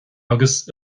agus